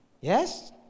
Yes